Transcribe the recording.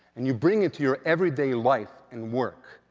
and you bring it to your everyday life and work,